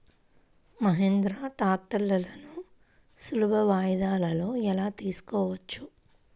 మహీంద్రా ట్రాక్టర్లను సులభ వాయిదాలలో ఎలా తీసుకోవచ్చు?